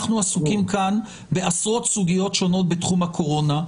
אנחנו עסוקים כאן בעשרות סוגיות שונות בתחום הקורונה,